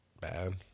bad